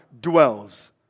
dwells